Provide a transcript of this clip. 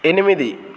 ఎనిమిది